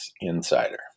insider